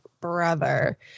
brother